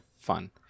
fun